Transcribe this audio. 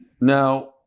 Now